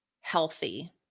healthy